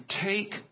Take